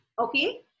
Okay